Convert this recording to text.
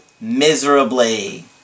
miserably